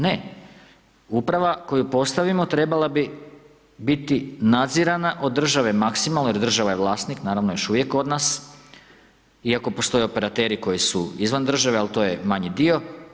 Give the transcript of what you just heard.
Ne, uprava koju postavimo trebala bi biti nadzirana maksimalno jer država je vlasnik, naravno, još uvijek kod nas iako postoje operateri koji su izvan države, ali to je manji dio.